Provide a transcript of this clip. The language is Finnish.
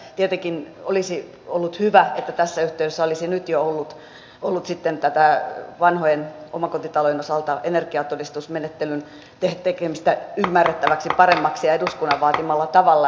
tietenkin olisi ollut hyvä että tässä yhteydessä olisi jo nyt ollut vanhojen omakotitalojen osalta tätä energiatodistusmenettelyn tekemistä ymmärrettäväksi paremmaksi ja eduskunnan vaatimalla tavalla